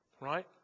right